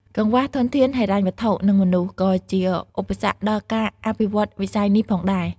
កង្វះធនធានហិរញ្ញវត្ថុ និងមនុស្ស ក៏ជាឧបសគ្គដល់ការអភិវឌ្ឍវិស័យនេះផងដែរ។